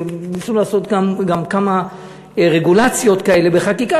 ניסו לעשות גם כמה רגולציות כאלה בחקיקה,